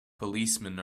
policemen